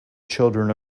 children